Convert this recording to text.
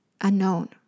unknown